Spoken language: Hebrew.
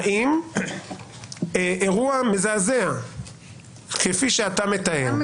האם אירוע מזעזע כפי שאתה מתאר,